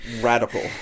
Radical